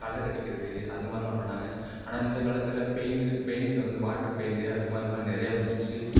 colour அடிக்கிறது அதுமாதிரிலாம் பண்ணாங்க ஆனால் இந்தக்காலத்தில் பெயிண்டு பெயிண்ட்டுக்கு வந்து வாட்டர் பெயிண்டு அதுமாதிரிலாம் நிறையா வந்துருச்சு